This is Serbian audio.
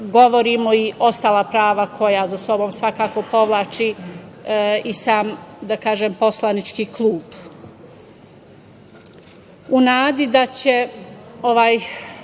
govorimo i ostala prava koja za sobom svakako povlači i sam poslanički klub.U